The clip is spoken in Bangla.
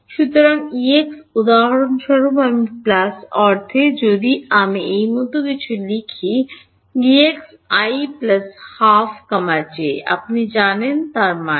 সুতরাং প্রাক্তন উদাহরণস্বরূপ আমি প্লাস অর্ধে যদি আমি এই মতো কিছু লিখি Exi 12 j আপনি জানেন তার মানে ঠিক